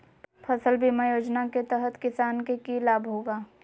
फसल बीमा योजना के तहत किसान के की लाभ होगा?